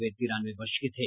वे तिरानवे वर्ष के थे